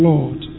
Lord